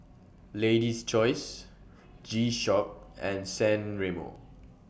Lady's Choice G Shock and San Remo